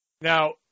Now